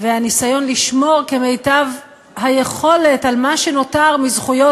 והניסיון לשמור כמיטב היכולת על מה שנותר מזכויות